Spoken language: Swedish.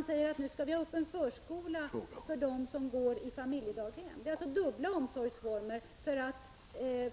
Nu sägs, att vi skall ha öppen förskola för dem som går i familjedaghem. Det innebär alltså dubbla omsorgsformer, för att